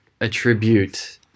attribute